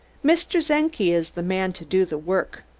mr. czenki is the man to do the work.